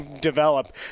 develop